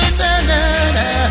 na-na-na